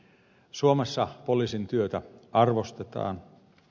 suomessa poliisin työtä arvostetaan